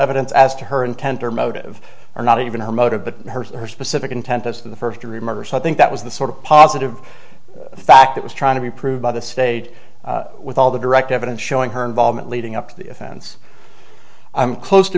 evidence as to her intent or motive or not even her motive but her specific intent as to the first degree murder so i think that was the sort of positive fact that was trying to be proved by the state with all the direct evidence showing her involvement leading up to the offense i'm close to